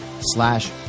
slash